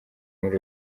muri